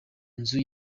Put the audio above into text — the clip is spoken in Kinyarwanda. nzu